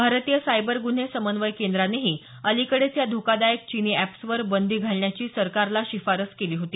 भारतीय सायबर गुन्हे समन्वय केंद्रानेही अलिकडेच या धोकादायक चिनी एप्सवर बंदी घालण्याची सरकारला शिफारस केली होती